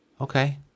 Okay